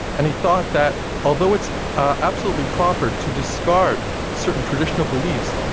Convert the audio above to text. and he thought that, although it's absolutely proper to discard certain traditional beliefs,